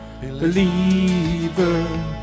believer